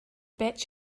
bet